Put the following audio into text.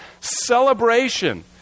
celebration